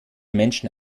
menschen